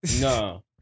No